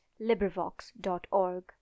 LibriVox.org